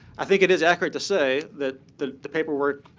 i think it is accurate to say that the the paperwork